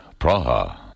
Praha